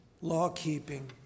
law-keeping